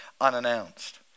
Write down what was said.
Unannounced